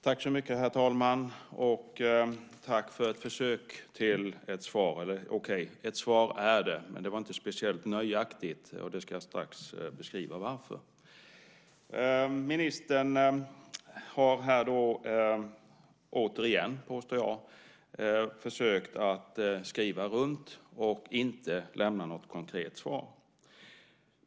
Herr talman! Tack för ett försök till ett svar. Okej, ett svar är det, men det är inte speciellt nöjaktigt. Jag ska strax beskriva varför. Ministern har återigen, påstår jag, försökt att tala runt och inte lämna något konkret svar.